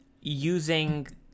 using